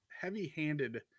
heavy-handed